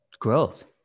growth